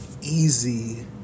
easy